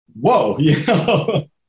whoa